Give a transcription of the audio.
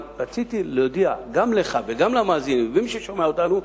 אבל רציתי להודיע גם לך וגם למאזינים ולמי ששומע אותנו,